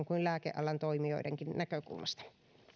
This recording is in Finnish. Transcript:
kuin lääkealan toimijoidenkin näkökulmasta